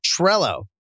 Trello